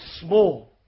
small